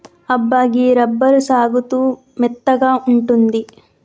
అబ్బా గీ రబ్బరు సాగుతూ మెత్తగా ఉంటుంది